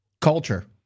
Culture